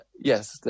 Yes